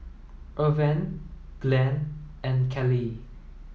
Irven Glenn and Callie